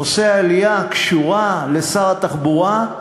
נושא העלייה קשור לשר התחבורה,